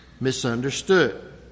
misunderstood